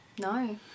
No